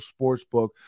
sportsbook